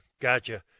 gotcha